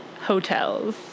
hotels